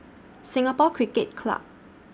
Singapore Cricket Club